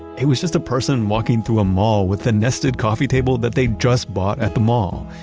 it was just a person walking through a mall with a nested coffee table, that they just bought at the mall.